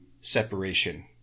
separation